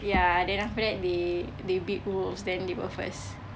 ya then after that they beat wolves then they were first